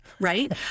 right